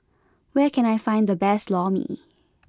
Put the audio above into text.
where can I find the best Lor Mee